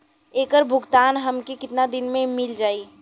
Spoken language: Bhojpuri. ऐकर भुगतान हमके कितना दिन में मील जाई?